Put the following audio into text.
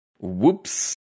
Whoops